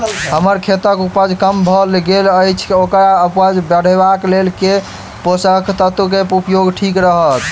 हम्मर खेतक उपज कम भऽ गेल अछि ओकर उपज बढ़ेबाक लेल केँ पोसक तत्व केँ उपयोग ठीक रहत?